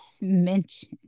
mention